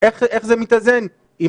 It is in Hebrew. איך זה מתאזן עם